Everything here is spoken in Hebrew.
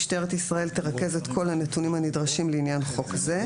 משטרת ישראל תרכז את כל הנתונים הנדרשים לעניין חוק זה.